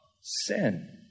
sin